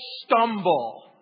stumble